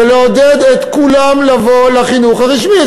ולעודד את כולם לבוא לחינוך הרשמי,